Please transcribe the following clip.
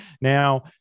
now